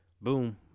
boom